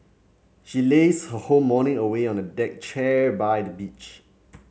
she lazed her whole morning away on the deck chair by the beach